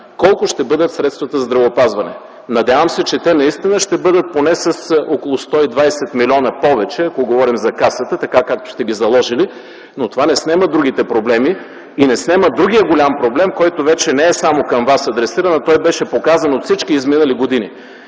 колко ще бъдат средствата за здравеопазване. Надявам се, че те наистина ще бъдат поне с около 120 милиона повече, ако говорим за Касата, както сте ги заложили, но това не снема другите проблеми и не снема другия голям проблем, който вече е адресиран не само към вас, а беше показан от всички изминали години,